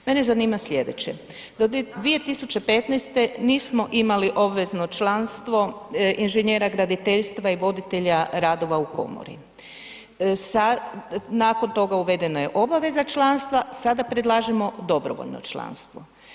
Mene zanima sljedeće, do 2015. nismo imali obvezno članstvo inženjera graditeljstva i voditelja radova u komori, nakon toga uvedena je obaveza članstva, sada predlažemo dobrovoljno članstvo.